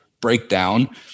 breakdown